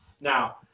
Now